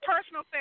personal